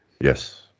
yes